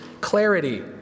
clarity